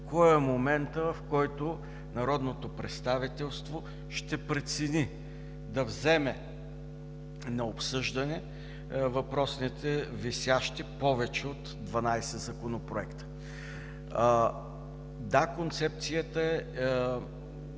кой е моментът, в който народното представителство ще прецени да вземе на обсъждане въпросните висящи повече от 12 законопроекта. Да, концепцията беше